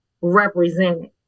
represented